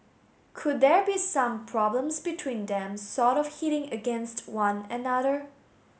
could there be some problems between them sort of hitting against one another